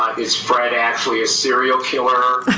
is fred actually a serial killer?